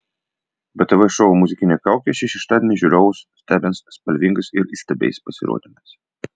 btv šou muzikinė kaukė šį šeštadienį žiūrovus stebins spalvingais ir įstabiais pasirodymais